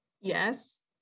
Yes